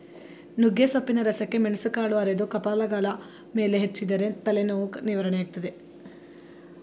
ನುಗ್ಗೆಸೊಪ್ಪಿನ ರಸಕ್ಕೆ ಮೆಣಸುಕಾಳು ಅರೆದು ಕಪಾಲಗಲ ಮೇಲೆ ಹಚ್ಚಿದರೆ ತಲೆನೋವು ನಿವಾರಣೆಯಾಗ್ತದೆ